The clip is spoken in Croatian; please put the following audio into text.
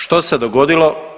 Što se dogodilo?